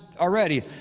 already